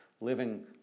living